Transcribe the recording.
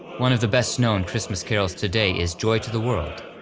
one of the best-known christmas carols today is joy to the world.